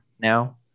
now